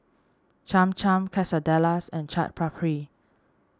Cham Cham Quesadillas and Chaat Papri